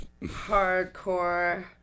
hardcore